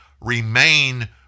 remain